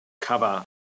cover